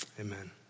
Amen